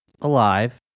alive